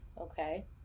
okay